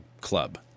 club